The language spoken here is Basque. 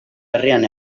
herrian